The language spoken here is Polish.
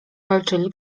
walczyli